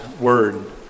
word